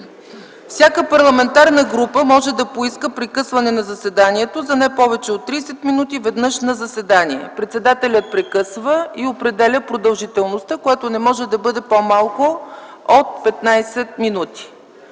всяка парламентарна група може да поиска прекъсване на заседанието за не повече от 30 мин. веднъж на заседание. Председателят прекъсва и определя продължителността, която не може да бъде по-малко от 15 мин.